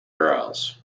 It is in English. girls